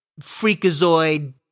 freakazoid